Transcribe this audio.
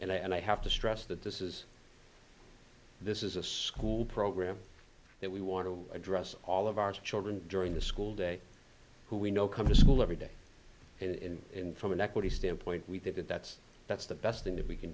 now and i have to stress that this is this is a school program that we want to address all of our children during the school day who we know come to school every day and in from an equity standpoint we think that that's that's the best thing that we can